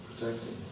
protecting